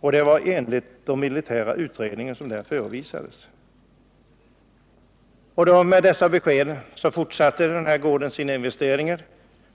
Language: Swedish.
Det var enligt militära utredningar som man kommit fram till detta ställningstagande. Med ledning av dessa besked fortsatte man investeringarna på gården,